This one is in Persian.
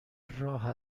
راه